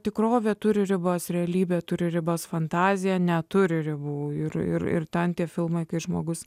tikrovė turi ribas realybė turi ribas fantazija neturi ribų ir ir ten tie filmai kai žmogus